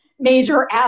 major